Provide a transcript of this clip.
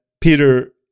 Peter